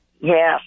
Yes